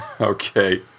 Okay